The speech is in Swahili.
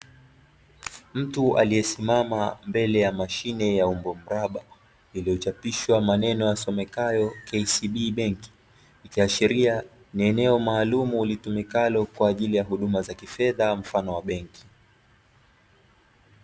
Mtu aliyesimama mbele ya mashine ya ungo mraba iliyochapishwa maneno yasomekayo "KCB BANK", ikiashiria ni eneo maalumu litumikalo kwa ajili ya huduma za kifedha mfano wa benki.